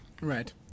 Right